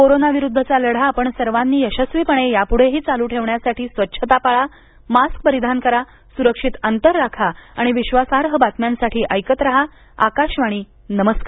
कोरोनाविरुद्धचा लढा आपण सर्वांनी यशस्वीपणे याप्ढेही चालू ठेवण्यासाठी स्वच्छता पाळा मास्क परिधान करा सुरक्षित अंतर राखा आणि विश्वासार्ह बातम्यांसाठी ऐकत राहा आकाशवाणी नमस्कार